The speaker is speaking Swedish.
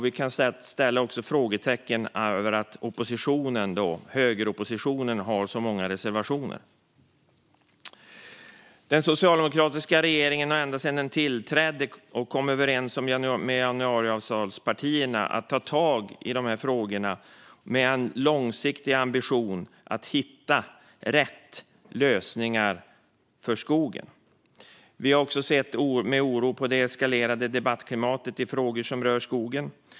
Vi kan också sätta frågetecken för att högeroppositionen har så många reservationer. Den socialdemokratiska regeringen har ända sedan den tillträdde och kom överens med januariavtalspartierna om att ta tag i de här frågorna haft en långsiktig ambition att hitta rätt lösningar för skogen. Vi har också sett med oro på det eskalerade debattklimatet i frågor som rör skogen.